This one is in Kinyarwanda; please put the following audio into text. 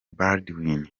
baldwin